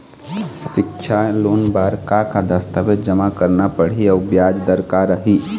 सिक्छा लोन बार का का दस्तावेज जमा करना पढ़ही अउ ब्याज दर का रही?